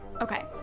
Okay